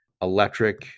electric